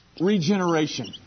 regeneration